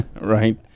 Right